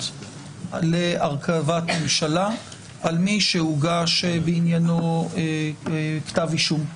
להרכבת ממשלה על מי שהוגש בעניינו כתב אישום.